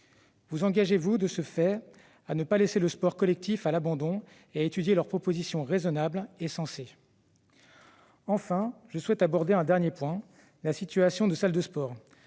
Vous engagez-vous de ce fait à ne pas laisser le sport collectif à l'abandon et à étudier leurs propositions raisonnables et sensées ? Enfin, j'en viens à la situation des salles de sport.